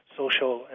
social